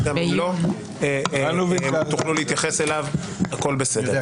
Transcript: וגם אם לא תוכלו להתייחס אליו, הכול בסדר.